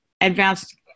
advanced